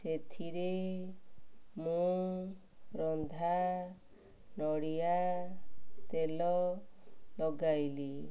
ସେଥିରେ ମୁଁ ରନ୍ଧା ନଡ଼ିଆ ତେଲ ଲଗାଇଲି